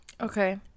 Okay